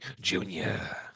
Junior